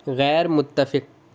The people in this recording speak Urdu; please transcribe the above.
غیر متفق